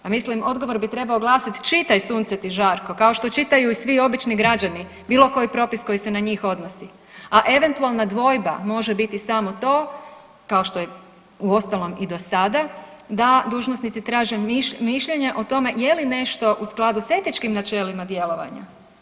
Pa mislim odgovor bi trebao glasiti čitaj sunce ti žarko kao što čitaju i svi obični građani bilo koji propis koji se na njih odnosi, a eventualna dvojba može biti samo to kao što je uostalom i do sada, da dužnosnici traže mišljenje o tome je li nešto u skladu s etičkim načelima djelovanja.